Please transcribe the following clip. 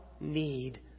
need